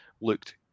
looked